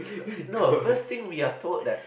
no first thing we are told that